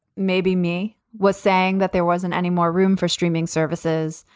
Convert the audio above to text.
maybe me was saying that there wasn't any more room for streaming services.